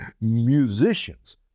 musicians